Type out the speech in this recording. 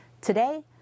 Today